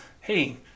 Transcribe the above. hey